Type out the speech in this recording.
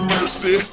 Mercy